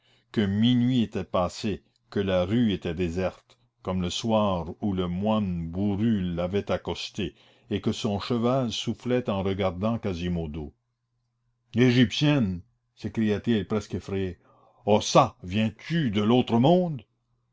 que minuit était passé que la rue était déserte comme le soir où le moine bourru l'avait accosté et que son cheval soufflait en regardant quasimodo l'égyptienne s'écria-t-il presque effrayé or çà viens-tu de l'autre monde